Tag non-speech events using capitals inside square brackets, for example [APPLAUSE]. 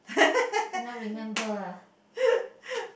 [LAUGHS]